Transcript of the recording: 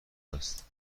است